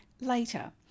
later